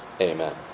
Amen